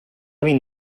vint